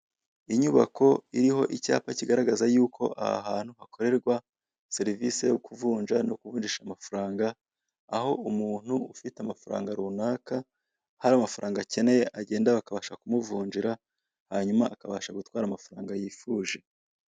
Inyubako iriho icyapa kigaragaza yuko aha hantu hakorerwa serivise yo kuvunja no kuvunjisha amafaranga, aho umuntu ufite amafaranga runaka hari amafaranga akeneye agenda bakabasha kumuvunjira hanyuma akabasha gutwara amafaranga yifuje.